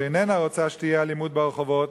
שאיננה רוצה שתהיה אלימות ברחובות,